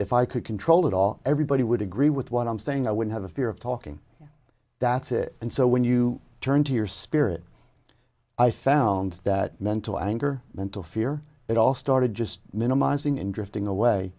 i could control it all everybody would agree with what i'm saying i would have a fear of talking that's it and so when you turn to your spirit i found that mental anger mental fear it all started just minimizing and drifting away